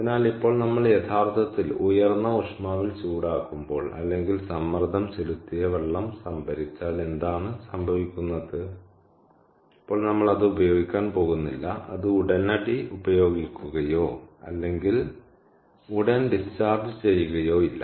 അതിനാൽ ഇപ്പോൾ നമ്മൾ യഥാർത്ഥത്തിൽ ഉയർന്ന ഊഷ്മാവ്ൽ ചൂടാക്കുമ്പോൾ അല്ലെങ്കിൽ സമ്മർദ്ദം ചെലുത്തിയ വെള്ളം സംഭരിച്ചാൽ എന്താണ് സംഭവിക്കുന്നത് അപ്പോൾ നമ്മൾ അത് ഉപയോഗിക്കാൻ പോകുന്നില്ല അത് ഉടനടി ഉപയോഗിക്കുകയോ അല്ലെങ്കിൽ ഉടൻ ഡിസ്ചാർജ് ചെയ്യുകയോ ഇല്ല